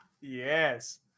Yes